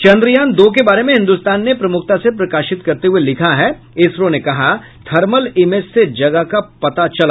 चंद्रयान दो के बारे में हिन्दुस्तान ने प्रमुखता से प्रकाशित करते हुये लिखा है इसरो ने कहा थर्मल इमेज से जगह का पता चला